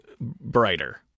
brighter